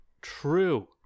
TRUE